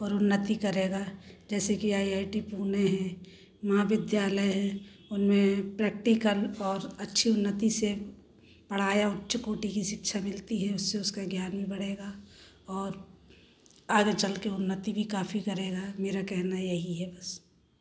और उन्नति करेगा जैसे कि आई आई टी पुणे है महाविद्यालय है उनमें प्रेक्टिकल और अच्छी उन्नति से पढ़ाया उच्च कोटि की शिक्षा मिलती है उससे उसका ज्ञान बढेगा और आगे चलकर उन्नति भी काफ़ी करेगा मेरा कहना यही है बस